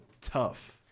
tough